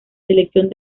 selección